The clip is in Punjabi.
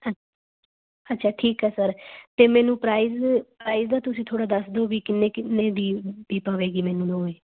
ਅ ਅੱਛਾ ਠੀਕ ਹੈ ਸਰ ਅਤੇ ਮੈਨੂੰ ਪ੍ਰਾਈਜ ਪ੍ਰਾਈਜ ਦਾ ਤੁਸੀਂ ਥੋੜ੍ਹਾ ਦੱਸ ਦਿਓ ਵੀ ਕਿੰਨੇ ਕਿੰਨੇ ਦੀ ਵੀ ਪਵੇਗੀ ਮੈਨੂੰ ਦੋਵੇਂ